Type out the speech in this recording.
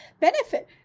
benefit